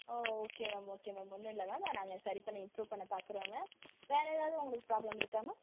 ஓ okay ma'am okay ma'am ஒன்றும் இல்லை ma'am நாங்கள் சரி பண்ணி இம்ப்ரூவ் பண்ணப் பார்க்கறோம் மேம் வேறு ஏதாவது உங்களுக்கு ப்ராப்ளம் இருக்கா மேம்